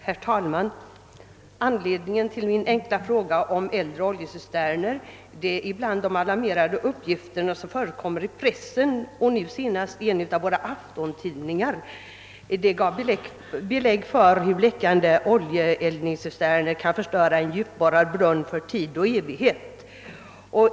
Herr talman! Anledningen till min enkla fråga om äldre oljecisterner är de alarmerande uppgifter som ibland förekommer i pressen. Nu senast gav en av våra aftontidningar belägg för hur läckande oljecisterner kan förstöra en djupborrad brunn för tid och evighet.